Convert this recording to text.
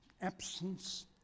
absence